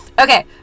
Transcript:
Okay